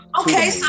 Okay